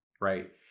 right